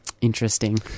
Interesting